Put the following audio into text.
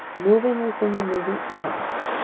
moving within the moving element!